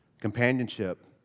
companionship